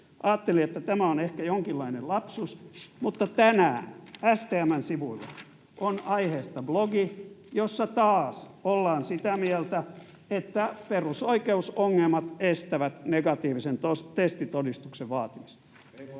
Ajattelin, että tämä on ehkä jonkinlainen lapsus, mutta tänään STM:n sivuilla on aiheesta blogi, jossa taas ollaan sitä mieltä, että perusoikeusongelmat estävät negatiivisen testitodistuksen vaatimista.